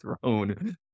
throne